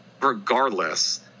regardless